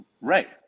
Right